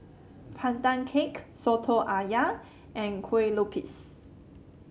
Pandan Cake soto ayam and Kue Lupis